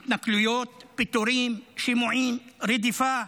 התנכלויות, פיטורים, שימועים, רדיפה,